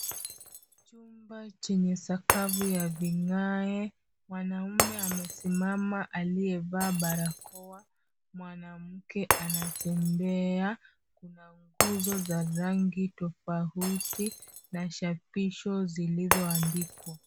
Chumba chenye sakafu ya vigae. Mwanamme amesimama aliyevaa barakoa. Mwanamke anatembea. Kuna nguzo za rangi tofauti, na chapisho zilizoandikwa.